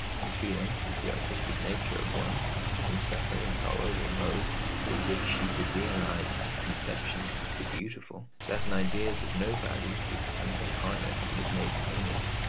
and feeling, with the artistic nature of one to whom suffering and sorrow were modes through which he could realise his conception of the beautiful, that an idea is of no value till it becomes incarnate and is made an image,